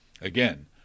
Again